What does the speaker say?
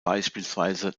beispielsweise